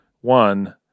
One